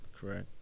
Correct